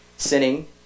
Sinning